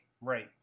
Right